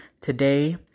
today